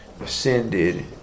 ascended